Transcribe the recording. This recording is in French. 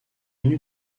tenu